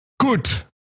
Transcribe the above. gut